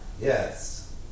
Yes